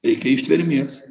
reikia ištvermės